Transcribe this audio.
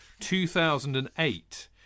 2008